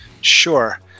Sure